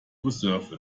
preserve